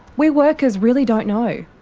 we workers really don't know.